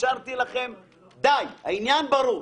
אפשרתי לכם והעניין ברור.